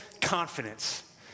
confidence